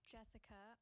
Jessica